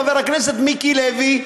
חבר הכנסת מיקי לוי,